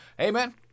Amen